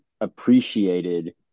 appreciated